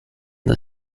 the